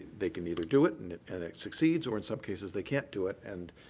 they can either do it and it and it succeeds, or in some cases they can't do it and